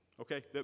Okay